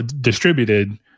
distributed